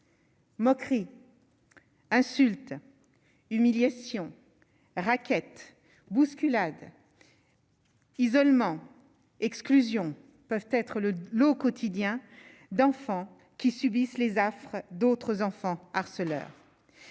Moqueries, insultes, humiliations raquette bousculade isolement exclusion peuvent être le lot quotidien d'enfants qui subissent les affres d'autres enfants harceleurs,